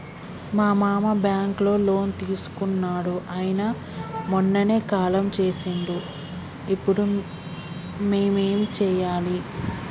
మా మామ బ్యాంక్ లో లోన్ తీసుకున్నడు అయిన మొన్ననే కాలం చేసిండు ఇప్పుడు మేం ఏం చేయాలి?